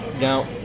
Now